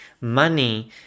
money